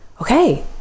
okay